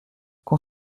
qu’on